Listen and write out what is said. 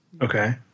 Okay